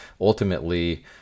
Ultimately